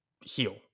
heal